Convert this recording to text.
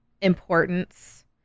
importance